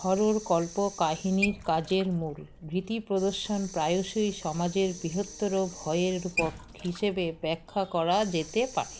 horror কল্পকাহিনীর কাজের মূল ভৃতি প্রদর্শন প্রায়শই সমাজের বৃহত্তর ভয়ে রূপক হিসেবে ব্যাখ্যা করা যেতে পারে